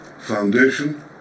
foundation